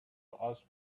ask